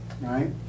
right